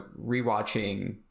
rewatching